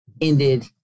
ended